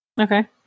Okay